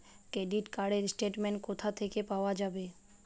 Credit card র statement কোথা থেকে পাওয়া যাবে?